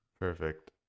Perfect